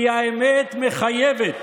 האמת מפחידה כי האמת מחייבת.